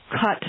cut